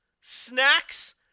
snacks